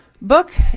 book